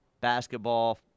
basketball